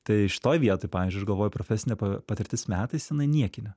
tai šitoj vietoj pavyzdžiui aš galvoju profesinė patirtis metais jinai niekinė